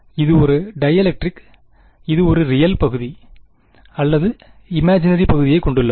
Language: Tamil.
இது ஒரு டைஎலெக்ட்ரிக் இது ஒரு ரியல் பகுதி அல்லது இமாஜினரி பகுதியைக் கொண்டுள்ளது